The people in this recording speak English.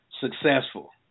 successful